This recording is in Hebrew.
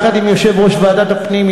יחד עם יושב-ראש ועדת הפנים,